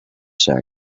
zijn